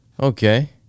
okay